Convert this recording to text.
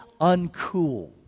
uncool